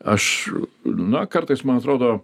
aš na kartais man atrodo